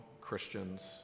Christians